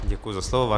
Děkuji za slovo.